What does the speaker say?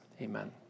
Amen